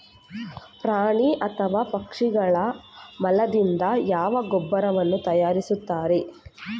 ಪ್ರಾಣಿ ಅಥವಾ ಪಕ್ಷಿಗಳ ಮಲದಿಂದ ಯಾವ ಗೊಬ್ಬರವನ್ನು ತಯಾರಿಸುತ್ತಾರೆ?